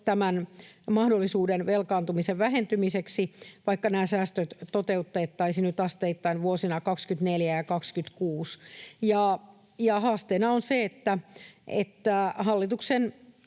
tämän mahdollisuuden velkaantumisen vähentymiseksi, vaikka nämä säästöt toteutettaisiin nyt asteittain vuosina 24 ja 26. Haasteena on se, että hallituksen